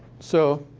so